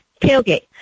tailgate